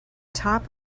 top